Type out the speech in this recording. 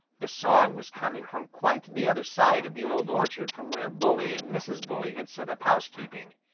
the song was coming from quite the other side of the old orchard from where bully and mrs. bully had set up housekeeping.